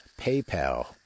paypal